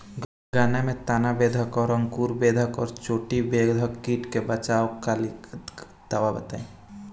गन्ना में तना बेधक और अंकुर बेधक और चोटी बेधक कीट से बचाव कालिए दवा बताई?